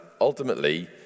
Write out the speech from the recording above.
ultimately